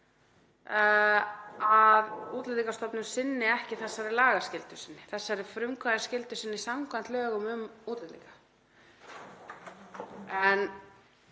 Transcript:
að Útlendingastofnun sinni ekki þessari lagaskyldu sinni, þessari frumkvæðisskyldu sinni samkvæmt lögum um útlendinga. Í